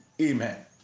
Amen